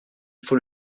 faut